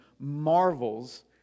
marvels